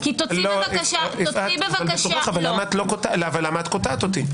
כי תוציא בבקשה- - יפעת, אבל למה אתה קוטעת אותי?